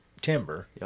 timber